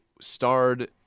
starred